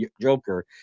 Joker